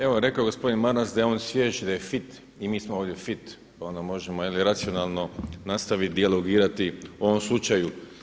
Evo rekao je gospodin Maras da je on svjež i da je fit, i mi smo ovdje fit pa onda možemo racionalno nastaviti dijalogirati o ovom slučaju.